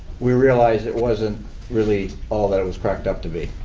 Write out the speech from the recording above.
we realized it wasn't really all that it was cracked up to be.